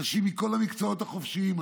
נשים מכל המקצועות החופשיים,